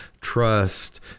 trust